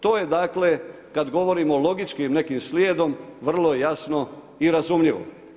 To je dakle kad govorimo logički i nekim slijedom, vrlo jasno i razumljivo.